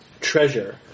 treasure